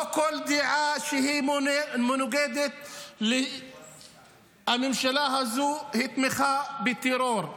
לא כל דעה שהיא מנוגדת לממשלה הזו היא תמיכה בטרור.